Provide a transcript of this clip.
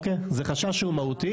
זה חשש שהוא מהותי,